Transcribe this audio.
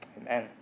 Amen